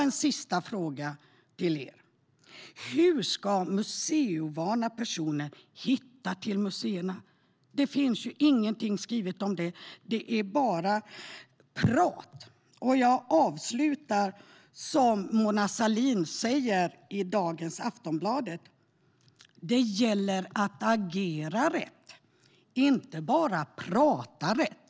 En sista fråga till er: Hur ska museiovana personer hitta till museerna? Det finns ju ingenting skrivet om det. Det är bara prat. Jag avslutar med att säga som Mona Sahlin säger i dagens Aftonbladet: Det gäller att agera rätt, inte bara prata rätt.